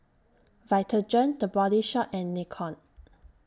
Vitagen The Body Shop and Nikon